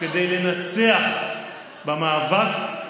כדי לנצח במאבק,